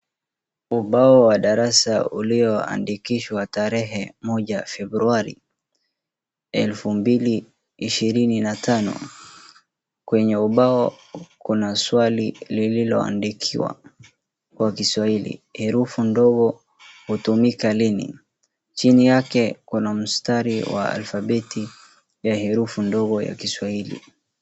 Ubao wa darasa ulio andikishwa na tarehe moja februari elfu mbili ishirini na tano. Kwenye ubao kuna swali lililo andikwa kwa kiswahili. Herufi ndogo hutumika lini chini yake kuna mstari wa alphabeti na herufi ndogo ya kiswahili.